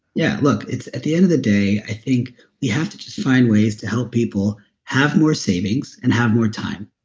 yeah. look, at the end of the day, i think we have to just find ways to help people have more savings and have more time.